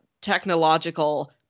technological